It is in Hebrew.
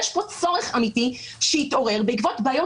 יש פה צורך אמיתי שהתברר בעקבות בעיות